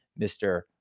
Mr